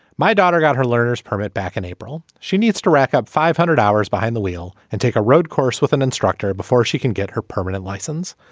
my daughter got her learner's permit back in april. she needs to rack up five hundred hours behind the wheel and take a road course with an instructor before she can get her permanent license.